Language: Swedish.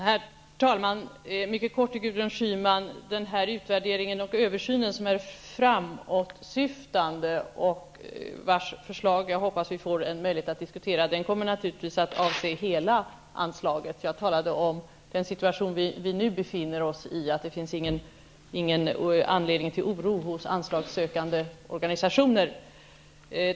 Herr talman! Jag vill mycket kort säga följade till Gudrun Schyman. Denna utvärdering och översyn som är framåtsyftande och vars förslag jag hoppas att vi får möjlighet att diskutera kommer naturligtvis att avse hela anslaget. Jag talade om den situation som vi nu befinner oss i, att det inte finns någon anledning till oro hos anslagssökande organisationer.